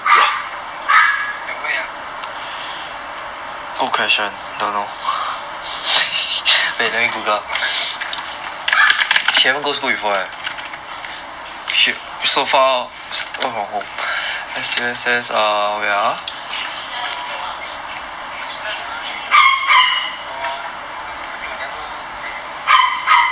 orh S_U_S_S at where ah you got pick your girlfriend a not your 女朋友 never take any C_C_A meh